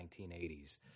1980s